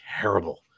terrible